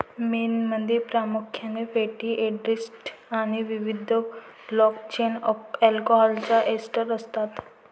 मेणमध्ये प्रामुख्याने fatty acids आणि विविध लाँग चेन अल्कोहोलचे एस्टर असतात